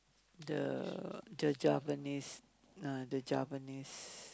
the the Javanese ah the Javanese